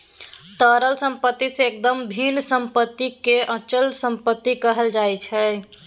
तरल सम्पत्ति सँ एकदम भिन्न सम्पत्तिकेँ अचल सम्पत्ति कहल जाइत छै